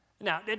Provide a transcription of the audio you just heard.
Now